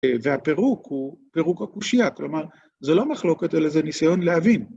והפירוק הוא פירוק הקושייה. כלומר, זה לא מחלוקת אלא זה ניסיון להבין.